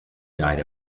died